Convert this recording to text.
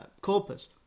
corpus